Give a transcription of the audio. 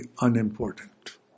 unimportant